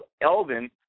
Elvin